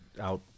out